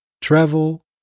travel